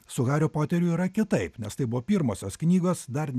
su hario poteriu yra kitaip nes tai buvo pirmosios knygos dar